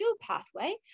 pathway